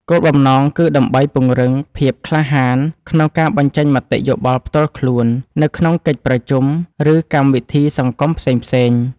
គោលបំណងគឺដើម្បីពង្រឹងភាពក្លាហានក្នុងការបញ្ចេញមតិយោបល់ផ្ទាល់ខ្លួន នៅក្នុងកិច្ចប្រជុំ ឬកម្មវិធីសង្គមផ្សេងៗ។